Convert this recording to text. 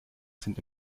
sind